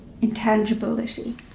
intangibility